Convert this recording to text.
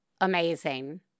amazing